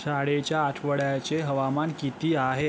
शाळेच्या आठवड्याचे हवामान किती आहे